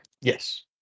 Yes